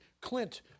Clint